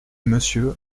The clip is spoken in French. monsieur